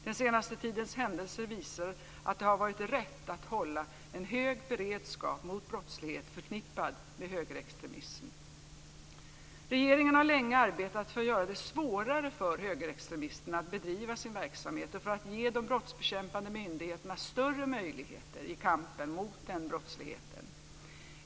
Den senaste tidens händelser visar att det har varit rätt att hålla en hög beredskap mot brottslighet förknippad med högerextremism. Regeringen har länge arbetat för att göra det svårare för högerextremisterna att bedriva sin verksamhet och för att ge de brottsbekämpande myndigheterna större möjligheter i kampen mot den brottsligheten.